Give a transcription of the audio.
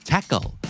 Tackle